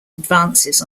advances